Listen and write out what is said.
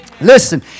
Listen